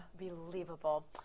unbelievable